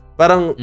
parang